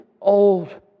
old